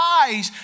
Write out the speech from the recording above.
eyes